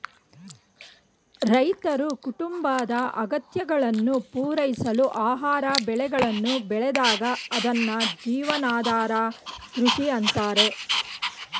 ರೈತರು ಕುಟುಂಬದ ಅಗತ್ಯಗಳನ್ನು ಪೂರೈಸಲು ಆಹಾರ ಬೆಳೆಗಳನ್ನು ಬೆಳೆದಾಗ ಅದ್ನ ಜೀವನಾಧಾರ ಕೃಷಿ ಅಂತಾರೆ